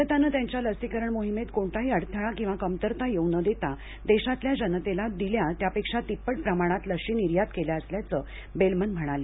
भारतानं त्यांच्या लसीकरण मोहिमेत कोणताही अडथळा किंवा कमतरता येऊ न देता देशातल्या जनतेला दिल्या त्यापेक्षा तिप्पट प्रमाणात लशी निर्यात केल्या असल्याचं बेलमन म्हणाले